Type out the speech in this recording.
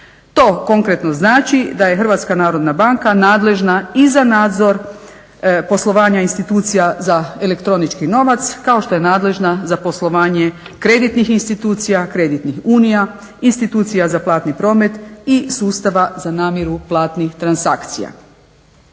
To konkretno znači da je Hrvatska narodna banka nadležna i za nadzor poslovanja institucija za elektronički novac kao što je nadležna za poslovanje kreditnih institucija, kreditnih unija, institucija za platini promet i sustava za namiru platnih transakcija.